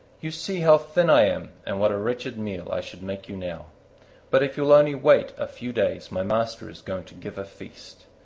you see how thin i am and what a wretched meal i should make you now but if you will only wait a few days my master is going to give a feast.